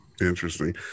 Interesting